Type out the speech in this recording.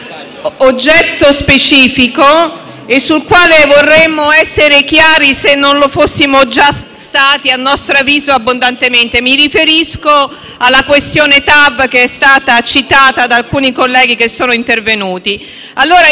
oggetto specifico, sul quale vorremmo essere chiari, se non lo fossimo già stati, a nostro avviso, abbondantemente. Mi riferisco alla questione TAV, che è stata citata da alcuni colleghi che sono intervenuti.